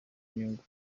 inyungu